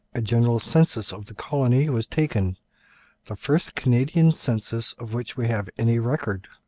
a general census of the colony was taken the first canadian census of which we have any record.